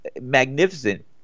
magnificent